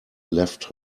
left